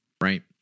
Right